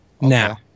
now